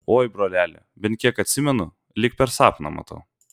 oi broleli bent kiek atsimenu lyg per sapną matau